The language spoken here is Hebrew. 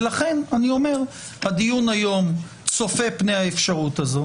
לכן הדיון היום צופה פני האפשרות הזו.